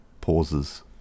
pauses